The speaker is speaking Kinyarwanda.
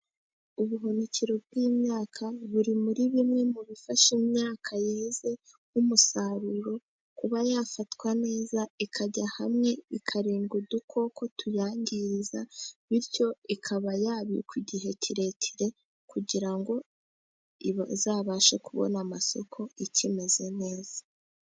Ubuhunikiro bw'imyaka, buri muri bimwe mu bifasha imyaka yeze nk'umusaruro, kuba yafatwa neza ikajya hamwe, ikarenga udukoko tuyangiriza, bityo ikaba yabikwa igihe kirekire kugira ngo izabashe kubona amasoko ikimeze neza.